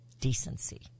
Decency